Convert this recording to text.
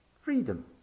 freedom